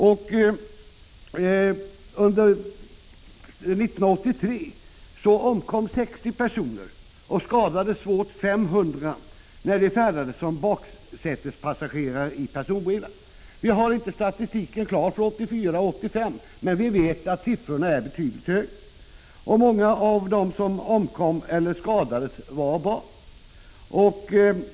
Under 1983 omkom 60 personer, och 500 personer skadades svårt när de färdades som baksätespassagerare i personbilar. Många av dem var barn. Statistiken för 1984-1985 är inte klar, men vi vet att siffrorna är betydligt högre.